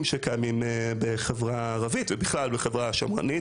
שקיימים בחברה הערבית ובכלל בחברה שמרנית.